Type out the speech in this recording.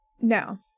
No